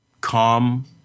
calm